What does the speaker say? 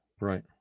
right